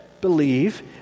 believe